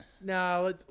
No